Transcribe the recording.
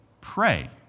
pray